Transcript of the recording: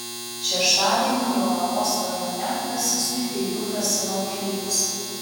šeštadienį jonavos rajone taksistui peiliu grasino keleivis